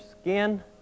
skin